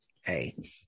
Hey